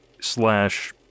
slash